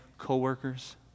co-workers